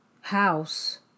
house